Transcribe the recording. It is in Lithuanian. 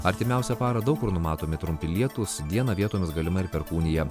artimiausią parą daug kur numatomi trumpi lietūs dieną vietomis galima ir perkūnija